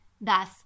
Thus